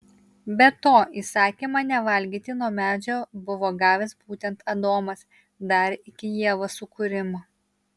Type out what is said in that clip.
be to įsakymą nevalgyti nuo medžio buvo gavęs būtent adomas dar iki ievos sukūrimo